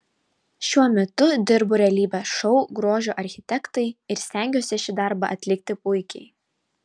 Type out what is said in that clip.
šiuo metu dirbu realybės šou grožio architektai ir stengiuosi šį darbą atlikti puikiai